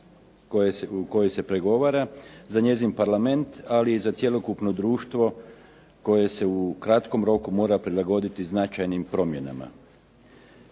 kojoj se pregovara, za njezin Parlament, ali i za cjelokupno društvo koje se u kratkom roku mora prilagoditi značajnim promjenama.